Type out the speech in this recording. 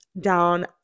down